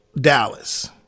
Dallas